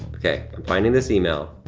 okay, i'm finding this email